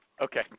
Okay